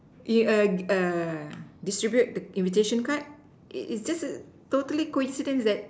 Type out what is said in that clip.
y~ err err distribute the invitation card it just totally coincidence that